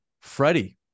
Freddie